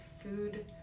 food